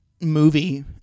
movie